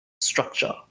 structure